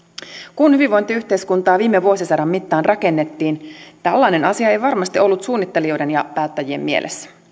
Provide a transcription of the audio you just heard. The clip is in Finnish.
kun hyvinvointiyhteiskuntaa viime vuosisadan mittaan rakennettiin tällainen asia ei varmasti ollut suunnittelijoiden ja päättäjien mielessä